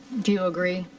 do you agree?